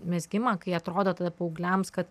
mezgimą kai atrodo tada paaugliams kad